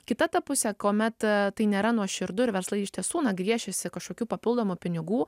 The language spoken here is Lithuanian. kita ta pusė kuomet tai nėra nuoširdu ir verslai iš tiesų na gviešiasi kažkokių papildomų pinigų